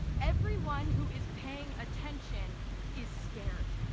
everyone who is paying attention is scared.